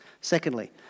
Secondly